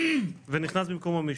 נכנס במקומו מישהו,